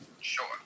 Sure